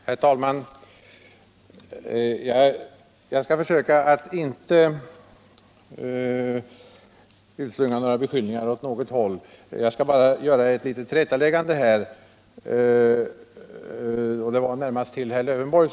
Herr talman! Jag skall försöka att inte utslunga några beskyllningar åt något håll; jag skall bara göra ett litet tillrättaläggande, närmast till herr Lövenborg.